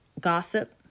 Gossip